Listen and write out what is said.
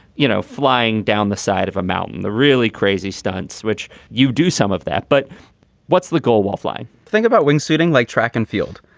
you know, flying down the side of a mountain, the really crazy stunts, which you do some of that. but what's the goal while fly? think about when suiting like track and field.